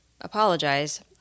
apologize